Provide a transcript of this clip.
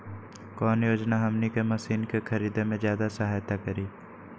कौन योजना हमनी के मशीन के खरीद में ज्यादा सहायता करी?